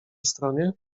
stronie